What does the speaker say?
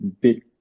big